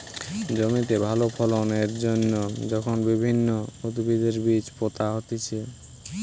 জমিতে ভালো ফলন এর জন্যে যখন বিভিন্ন উদ্ভিদের বীজ পোতা হতিছে